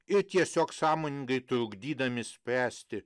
ir tiesiog sąmoningai trukdydami spręsti